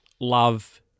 love